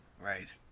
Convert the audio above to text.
Right